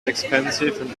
expensive